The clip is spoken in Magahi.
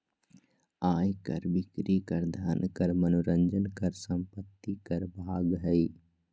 आय कर, बिक्री कर, धन कर, मनोरंजन कर, संपत्ति कर भाग हइ